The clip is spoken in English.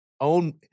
own